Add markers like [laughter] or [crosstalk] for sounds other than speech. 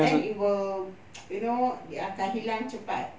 then it will [noise] you know dia akan hilang cepat